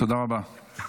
תודה רבה.